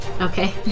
Okay